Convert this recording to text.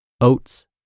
oats